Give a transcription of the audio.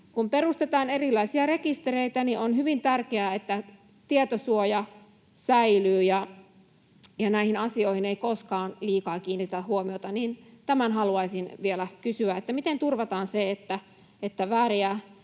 Kun perustetaan erilaisia rekistereitä, on hyvin tärkeää, että tietosuoja säilyy, ja näihin asioihin ei koskaan liikaa kiinnitetä huomiota. Tämän haluaisin vielä kysyä: miten turvataan, että mitään